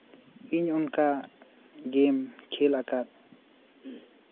ᱤᱧ ᱚᱱᱠᱟ ᱜᱮᱢ ᱠᱷᱮᱞ ᱟᱠᱟᱫ